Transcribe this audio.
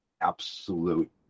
absolute